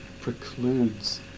precludes